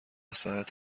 ساعت